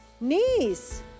Knees